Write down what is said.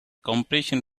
compression